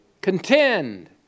Contend